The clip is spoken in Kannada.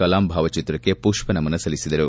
ಕಲಾಂ ಭಾವಚಿತ್ರಕ್ಕೆ ಪುಷ್ಪನಮನ ಸಲ್ಲಿಸಿದರು